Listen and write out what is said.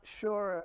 sure